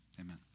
Amen